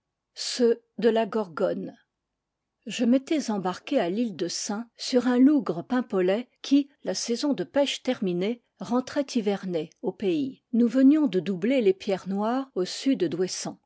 de la gorgone je m'étais embarqué à l'île de sein sur un lougre paimpolais qui la saison de pêche terminée rentrait hiverner au pays nous venions de doubler les pierres noires au sud